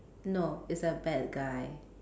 no it's a bad guy